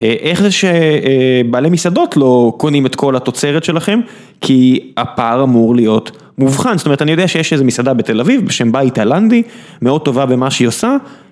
איך זה שבעלי מסעדות לא קונים את כל התוצרת שלכם? כי הפער אמור להיות מובחן. זאת אומרת, אני יודע שיש איזה מסעדה בתל אביב בשם בית תאילנדי, מאוד טובה במה שהיא עושה.